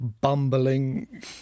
bumbling